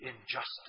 Injustice